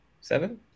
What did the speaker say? seven